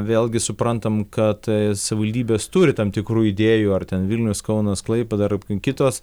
vėlgi suprantam kad savivaldybės turi tam tikrų idėjų ar ten vilnius kaunas klaipėda ar kitos